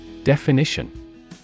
Definition